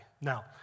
Now